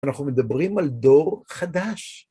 אנחנו מדברים על דור חדש.